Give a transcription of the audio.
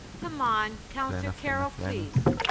come on councillor carroll. please.